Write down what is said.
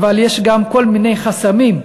יש גם כל מיני חסמים,